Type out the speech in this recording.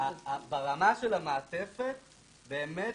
ברמה של המעטפת באמת